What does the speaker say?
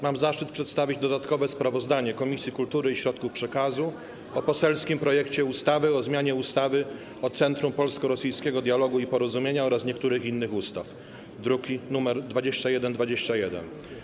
Mam zaszczyt przedstawić dodatkowe sprawozdanie Komisji Kultury i Środków Przekazu o poselskim projekcie ustawy o zmianie ustawy o Centrum Polsko-Rosyjskiego Dialogu i Porozumienia oraz niektórych innych ustaw, druk nr 2121.